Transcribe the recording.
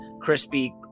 crispy